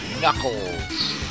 Knuckles